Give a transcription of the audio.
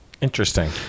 Interesting